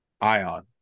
Ion